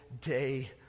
day